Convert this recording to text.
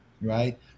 right